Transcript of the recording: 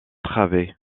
travées